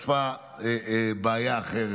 חשפה בעיה אחרת,